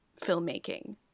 filmmaking